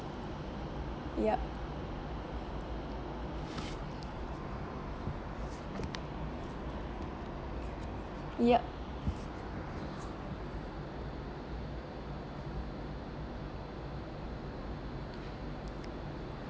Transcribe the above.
yup yup